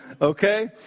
okay